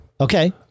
Okay